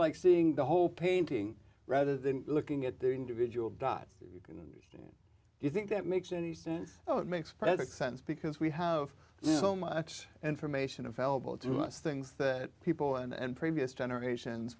like seeing the whole painting rather than looking at their individual dots you can stand do you think that makes any sense oh it makes perfect sense because we have so much information available to us things that people and previous generations